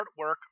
artwork